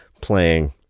playing